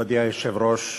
מכובדי היושב-ראש,